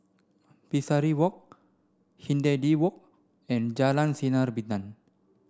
Pesari Walk Hindhede Walk and Jalan Sinar Bintang